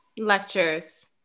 Lectures